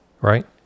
right